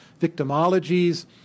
victimologies